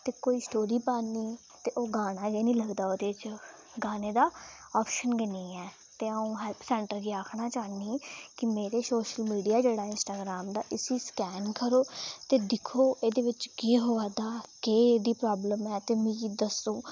ते कोई स्टोरी पानी ते ओह् गाना गै निं लगदा ओह्दे च गाने दा आपशन गै निं ऐ ते अ'ऊं हैल्थ सैंटर गी आखना चाह्न्नी की मेरे सोशल मीडिया जेह्ड़ा ऐ इंस्टाग्रांम दा इसी स्कैन करो ते दिक्खो एह्दे बिच केह् होआ दा केह् एह्दी प्राबलम ऐ ते मिगी दस्सो